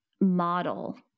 model